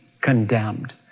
condemned